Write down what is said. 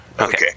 Okay